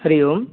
हरिः ओम्